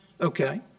Okay